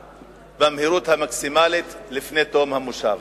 במליאה במהירות המקסימלית, לפני תום המושב.